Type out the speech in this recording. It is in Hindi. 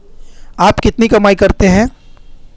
आप कितनी कमाई करते हैं?